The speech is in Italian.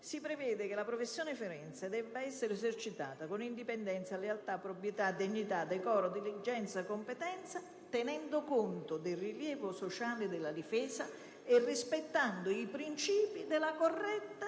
si prevede che «la professione forense deve essere esercitata con indipendenza, lealtà, probità, dignità, decoro, diligenza e competenza, tenendo conto del rilievo sociale della difesa e rispettando i principi della corretta